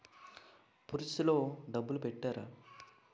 Purse లో డబ్బులు పెట్టలా?